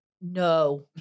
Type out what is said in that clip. no